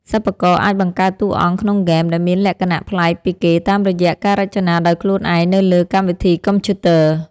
សិប្បករអាចបង្កើតតួអង្គក្នុងហ្គេមដែលមានលក្ខណៈប្លែកពីគេតាមរយៈការរចនាដោយខ្លួនឯងនៅលើកម្មវិធីកុំព្យូទ័រ។